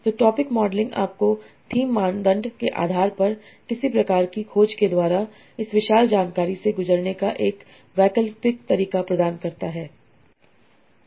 तो topic modelling आपको theme मानदंड के आधार पर किसी प्रकार की खोज के द्वारा इस विशाल जानकारी से गुजरने का एक वैकल्पिक तरीका प्रदान करता है